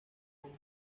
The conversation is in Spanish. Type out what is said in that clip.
con